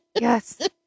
Yes